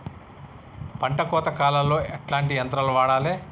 పంట కోత కాలాల్లో ఎట్లాంటి యంత్రాలు వాడాలే?